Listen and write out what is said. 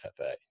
ffa